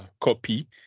copy